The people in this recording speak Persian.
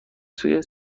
توی